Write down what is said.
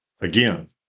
again